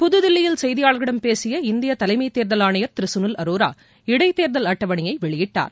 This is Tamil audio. புதுதில்லியில் செய்தியாளர்களிடம் பேசிய இந்திய தலைமை தேர்தல் ஆணையர் திரு சுனில் அரோரா இடைத்தேர்தல் அட்டவணையை வெளியிட்டார்